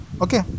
Okay